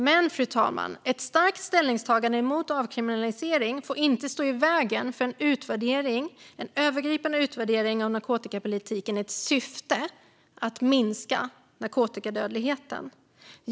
Men, fru talman, ett starkt ställningstagande emot avkriminalisering får inte stå i vägen för en övergripande utvärdering av narkotikapolitiken med syftet att minska narkotikadödligheten.